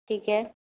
ठीक है